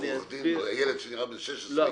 שנראה בן 16,